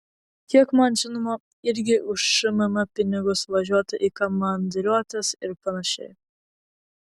kiek man žinoma irgi už šmm pinigus važiuota į komandiruotes ir panašiai